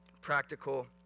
practical